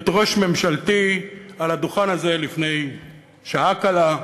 את ראש ממשלתי על הדוכן הזה לפני שעה קלה,